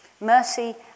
mercy